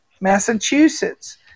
Massachusetts